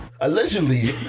allegedly